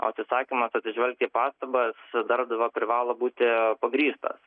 o atsisakymas atsižvelgti į pastabas darbdavio privalo būti pagrįstas